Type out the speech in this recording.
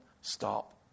stop